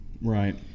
Right